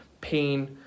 pain